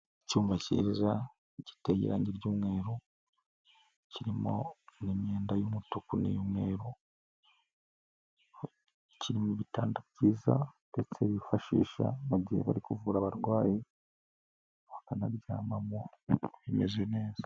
Icyumba cyiza kiteye irangi ry'umweru kirimo imyenda y'umutuku n'iy'umweru, kirimo ibitanda byiza ndetse byifashisha mu gihe bari kuvura abarwayi bakanaryamamo bimeze neza.